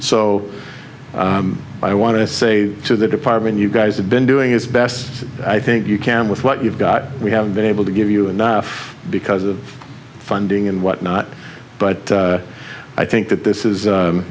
so i want to say to the department you guys have been doing its best i think you can with what you've got we haven't been able to give you enough because of funding and whatnot but i think that this is